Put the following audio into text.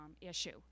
issue